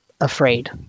afraid